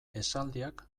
esaldiak